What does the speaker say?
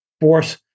force